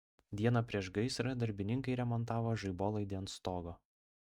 dieną prieš gaisrą darbininkai remontavo žaibolaidį ant stogo